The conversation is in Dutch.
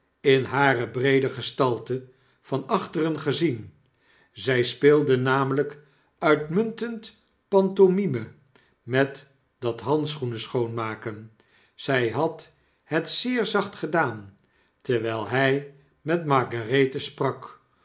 in hare breede gestalte van achteren gezien zy speelde namely k uitmuntend pantomime met dat handschoenen schoonmaken zy had het zeer zacht gedaan terwyl hy met margarethe sprak